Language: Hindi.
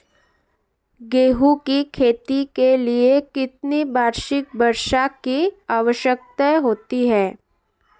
गेहूँ की खेती के लिए कितनी वार्षिक वर्षा की आवश्यकता होती है?